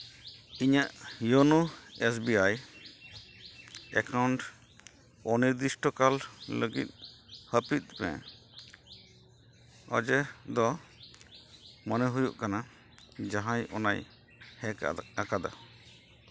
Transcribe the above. ᱤᱧᱟᱹᱜ YONO S B I account ᱚᱱᱤᱨᱫᱤᱥᱴᱚ ᱠᱟᱞ ᱞᱟᱹᱜᱤᱫ ᱦᱟᱹᱯᱤᱫ ᱢᱮ ᱚᱡᱮ ᱫᱚ ᱢᱚᱱᱮ ᱦᱩᱭᱩᱜ ᱠᱟᱱᱟ ᱡᱟᱦᱟᱸᱭ ᱚᱱᱟᱭ ᱦᱮᱠ ᱟᱠᱟᱫᱟ